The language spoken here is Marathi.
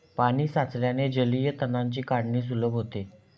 पाणी साचल्याने जलीय तणांची काढणी सुलभ होते